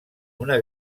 una